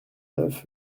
neuf